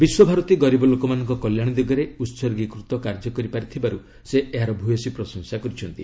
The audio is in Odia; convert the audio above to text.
ବିଶ୍ୱଭାରତୀ ଗରିବ ଲୋକମାନଙ୍କ କଲ୍ୟାଣ ଦିଗରେ ଉସର୍ଗୀକୃତ କାର୍ଯ୍ୟ କରି ପାରିଥିବାରୁ ସେ ଏହାର ଭୟସୀ ପ୍ରଶଂସା କରିଛନ୍ତି